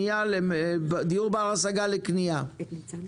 אני כבר אומרת שבמרחב הכפרי,